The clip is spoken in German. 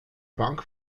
bank